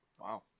Wow